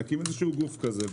להקים איזה שהוא גוף כזה.